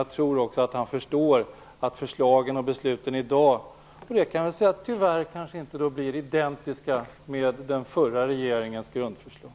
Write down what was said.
Jag tror också att han förstår att förslagen och besluten i dag - låt mig säga det - kanske tyvärr inte blir identiska med den förra regeringens grundförslag.